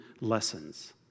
lessons